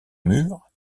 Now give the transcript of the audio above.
mûres